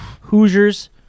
Hoosiers